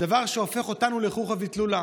דבר שהופך אותנו לחוכא ואטלולא.